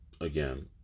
again